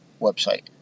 website